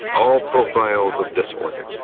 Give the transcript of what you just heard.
all profiles of disorder.